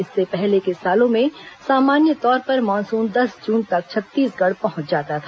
इससे पहले के सालों में सामान्य तौर पर मानसून दस जून तक छत्तीसगढ़ पहुंच जाता था